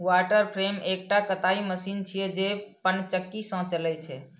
water frame एकटा कताइ machine छियै, जे पनचक्की सं चलै छै